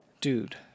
Dude